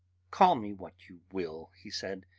call me what you will, he said.